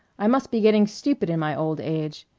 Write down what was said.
i must be getting stupid in my old age.